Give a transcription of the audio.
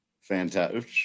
Fantastic